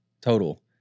total